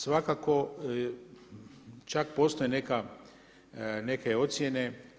Svakako čak postoje neke ocjene.